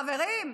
חברים,